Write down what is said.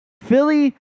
Philly